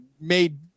made